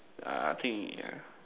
yeah I think yeah